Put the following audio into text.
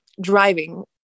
driving